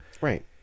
right